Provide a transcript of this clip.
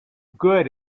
good